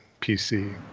PC